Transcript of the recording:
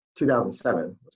2007